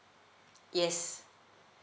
yes